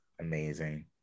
Amazing